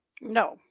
No